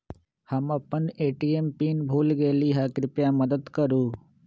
हम अपन ATM PIN भूल गेली ह, कृपया मदत करू